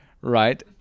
right